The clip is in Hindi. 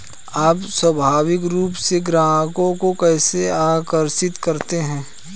आप स्वाभाविक रूप से ग्राहकों को कैसे आकर्षित करते हैं?